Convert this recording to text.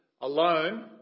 alone